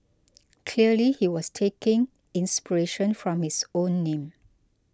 clearly he was taking inspiration from his own name